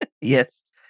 Yes